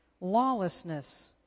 Lawlessness